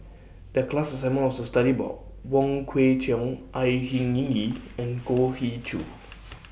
The class assignment was to study about Wong Kwei Cheong Au Hing Yee and Goh He Choo